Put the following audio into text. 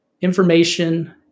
information